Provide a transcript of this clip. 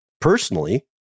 personally